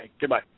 Goodbye